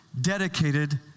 dedicated